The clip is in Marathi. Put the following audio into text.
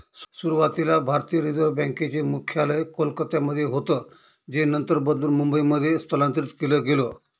सुरुवातीला भारतीय रिझर्व बँक चे मुख्यालय कोलकत्यामध्ये होतं जे नंतर बदलून मुंबईमध्ये स्थलांतरीत केलं गेलं